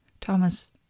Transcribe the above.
Thomas